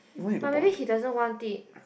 but maybe he doesn't want it